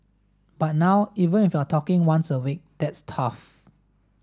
but now even if you're talking once a week that's tough